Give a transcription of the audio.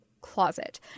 closet